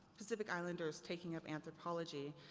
pacific islanders taking up anthropology.